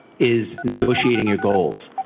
is negotiating your goals.